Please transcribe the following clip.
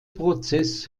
prozess